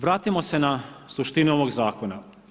Vratimo se na suštinu ovog zakona.